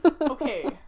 Okay